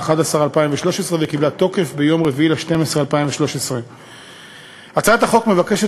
בנובמבר 2013 וקיבלה תוקף ביום 4 בדצמבר 2013. הצעת החוק מבקשת